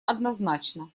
однозначно